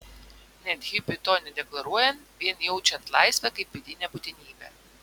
net hipiui to nedeklaruojant vien jaučiant laisvę kaip vidinę būtinybę